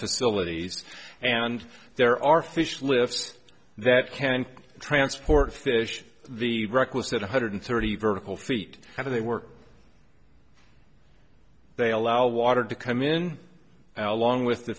facilities and there are fish lift that can transport fish the requisite one hundred thirty vertical feet how do they work they allow water to come in and along with the